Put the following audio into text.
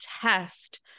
test